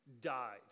died